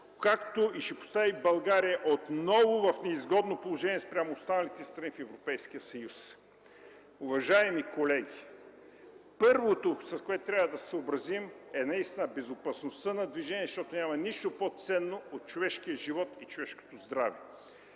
както и ще постави България отново в неизгодно положение спрямо останалите страни в Европейския съюз”. Уважаеми колеги, първото, с което трябва да се съобразим, е наистина безопасността на движение, защото няма нищо по-ценно от човешкия живот и човешкото здраве.